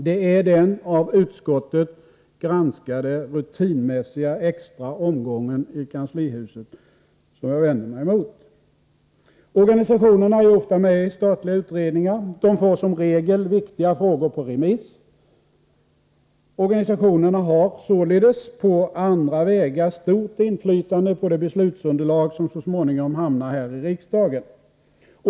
Det är den av utskottet granskade rutinmässiga extra omgången i kanslihuset som jag vänder mig emot. Organisationerna är ofta med i statliga utredningar. De får som regel viktiga frågor på remiss. Organisationerna har således på andra vägar stort inflytande på det beslutsunderlag som så småningom hamnar i riksdagen.